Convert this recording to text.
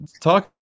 talk